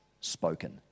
spoken